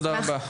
תודה רבה.